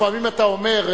לפעמים אתה אומר,